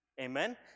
Amen